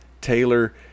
Taylor